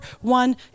one